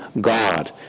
God